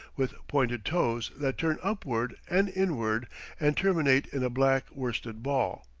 with pointed toes that turn upward and inward and terminate in a black worsted ball.